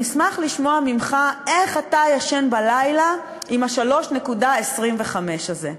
אני אשמח לשמוע ממך איך אתה ישן בלילה עם ה-3.25% הזה.